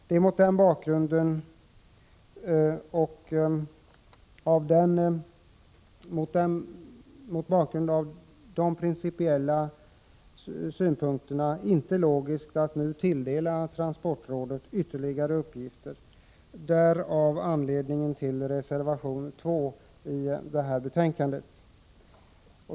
Det är mot bakgrunden av de principiella ståndpunkterna inte logiskt att nu tilldela transportrådet ytterligare uppgifter. Det är anledningen till reservation 2 i betänkandet.